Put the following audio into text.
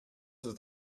ist